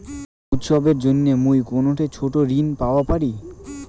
উৎসবের জন্য মুই কোনঠে ছোট ঋণ পাওয়া পারি?